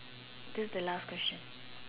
till the last question